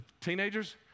teenagers